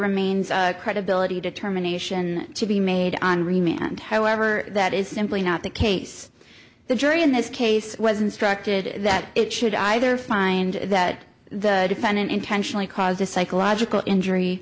remains a credibility determination to be made on remain and however that is simply not the case the jury in this case was instructed that it should either find that the defendant intentionally caused a psychological injury